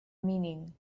meaning